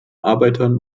arbeitern